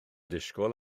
disgwyl